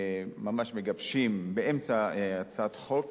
ממש מגבשים, באמצע הצעת חוק